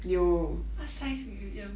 artscience museum